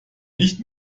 nicht